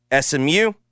SMU